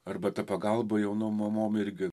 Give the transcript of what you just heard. arba ta pagalba jaunom mamom irgi